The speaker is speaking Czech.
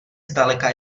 zdaleka